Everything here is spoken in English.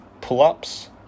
pull-ups